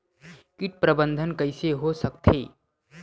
कीट प्रबंधन कइसे हो सकथे?